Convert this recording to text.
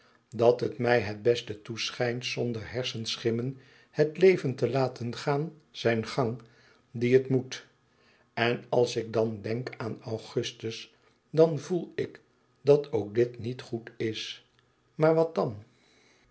dat het mij het beste toeschijnt zonder hersenschimmen het leven te laten gaan zijn gang die het moet en als ik dan denk aan augustus dan voel ik dat ook dit niet goed is maar wat dan